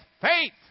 Faith